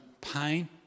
pain